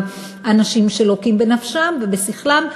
גם אנשים שלוקים בנפשם ובשכלם,